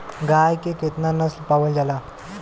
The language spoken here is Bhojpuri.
गाय के केतना नस्ल पावल जाला?